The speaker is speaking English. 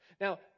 Now